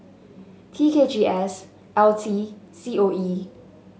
T K G S L T C O E